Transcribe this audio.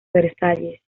versalles